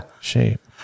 shape